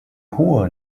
hohe